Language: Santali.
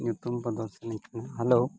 ᱧᱩᱛᱩᱢ ᱵᱚᱫᱚᱞ ᱥᱟᱱᱟᱧ ᱠᱟᱱᱟ ᱦᱮᱞᱳ